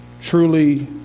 truly